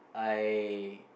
I